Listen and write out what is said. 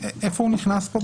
איפה הוא נכנס פה בדיוק?